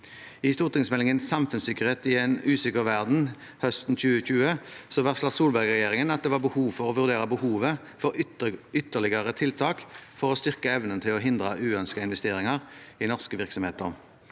I stortingsmeldingen Samfunnssikkerhet i en usikker verden, høsten 2020, varslet Solberg-regjeringen at det var behov for å vurdere behovet for ytterligere tiltak for å styrke evnen til å hindre uønskede investeringer i norske virksomheter.